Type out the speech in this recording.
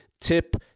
tip